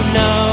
no